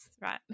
right